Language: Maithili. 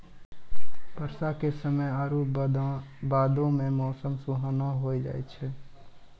बरसा के समय आरु बादो मे मौसम सुहाना होय जाय छै